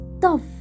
tough